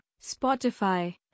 Spotify